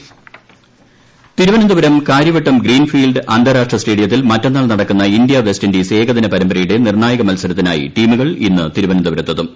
cricket ഇൻഡ്രോ Thiruvananthapuram Karyavattom Greenfield അന്താരാഷ്ട്ര സ്റ്റേഡിയത്തിൽ മറ്റെന്നാൾ നടക്കുന്ന ഇന്ത്യ വെസ്റ്റിന്റീസ് ഏകദിന പരമ്പരയുടെ നിർണായക മത്സരത്തിനായി ടീമുകൾ ഇന്ന് തിരുവനന്തപുരത്തെത്തും